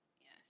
Yes